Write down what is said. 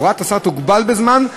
הוראת השר תוגבל בזמן,